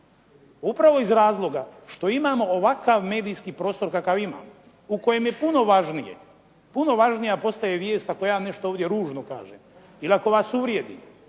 upravo iz razloga što imam ovakav medijski prostor kakav imam u kojem je puno važnije, puno važnija postaje vijest ako ja nešto ovdje ružno kažem ili ako vas uvrijedim